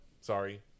sorry